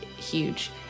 huge